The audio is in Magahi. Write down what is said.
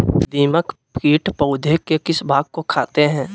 दीमक किट पौधे के किस भाग को खाते हैं?